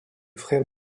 frère